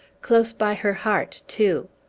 close by her heart, too!